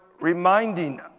reminding